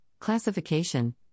classification